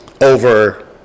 over